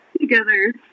together